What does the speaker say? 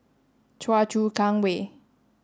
Choa Chu Kang Way